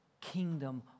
kingdom